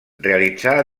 realitzà